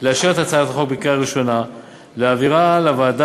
לאשר את הצעת החוק בקריאה הראשונה ולהעבירה לוועדה